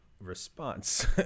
response